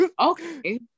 okay